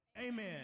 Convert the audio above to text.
Amen